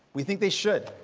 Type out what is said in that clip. we think they should.